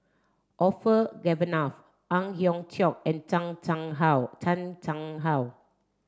Orfeur Cavenagh Ang Hiong Chiok and Chang Chang How Chan Chang How